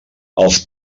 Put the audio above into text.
els